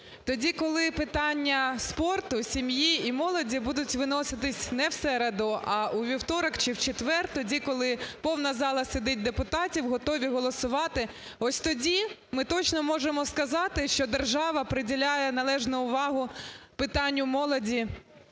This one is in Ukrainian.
Тоді, коли питання спорту, сім'ї і молоді будуть виноситись не в середу, а у вівторок чи в четвер, тоді, коли повна зала сидить депутатів готові голосувати, ось тоді ми точно можемо сказати, що держава приділяє належну увагу питанню молоді,